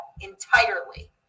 entirely